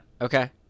Okay